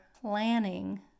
planning